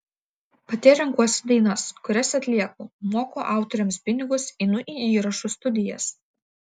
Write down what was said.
pati renkuosi dainas kurias atlieku moku autoriams pinigus einu į įrašų studijas